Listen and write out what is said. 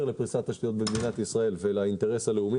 לפריסת תשתיות במדינת ישראל ולאינטרס הלאומי,